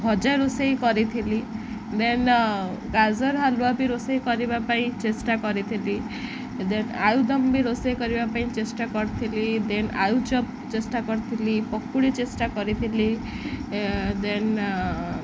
ଭଜା ରୋଷେଇ କରିଥିଲି ଦେନ୍ ଗାଜର ହାଲୁଆ ବି ରୋଷେଇ କରିବା ପାଇଁ ଚେଷ୍ଟା କରିଥିଲି ଦେନ୍ ଆଳୁଦମ୍ ବି ରୋଷେଇ କରିବା ପାଇଁ ଚେଷ୍ଟା କରିଥିଲି ଦେନ୍ ଆଳୁଚପ ଚେଷ୍ଟା କରିଥିଲି ପକୋଡ଼ି ଚେଷ୍ଟା କରିଥିଲି ଦେନ୍